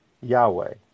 Yahweh